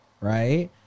right